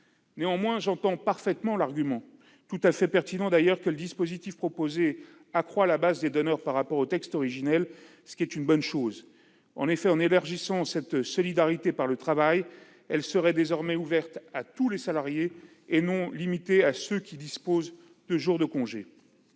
Néanmoins, j'entends parfaitement l'argument, tout à fait pertinent, selon lequel le dispositif proposé accroît la base des donateurs par rapport au texte originel. C'est une bonne chose. En effet, en élargissant cette solidarité par le travail, il l'ouvre à tous les salariés et ne la limite pas à ceux d'entre eux qui disposent de jours de congé.